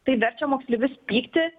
tai verčia moksleivius pykti